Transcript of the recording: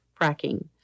fracking